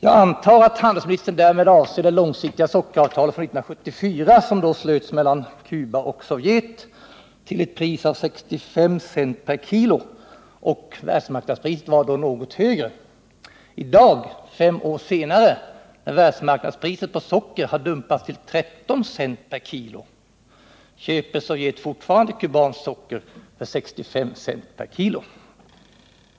Jag antar att handelsministern därmed avser det långsiktiga sockeravtalet, som slöts mellan Sovjet och Cuba 1974. Priset bestämdes till 65 cent per kilo. Världsmarknadspriset låg då något högre. I dag, fem år senare, när världsmarknadspriset på socker har dumpats till 13 cent per kilo, köper Sovjet fortfarande kubanskt socker för 65 cent per kilo.